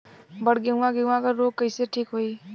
बड गेहूँवा गेहूँवा क रोग कईसे ठीक होई?